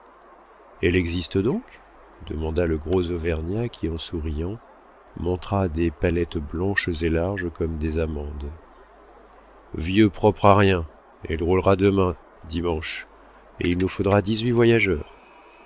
elle existe donc demanda le gros auvergnat qui en souriant montra des palettes blanches et larges comme des amandes vieux propre à rien elle roulera demain dimanche et il nous faudra dix-huit voyageurs